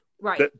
Right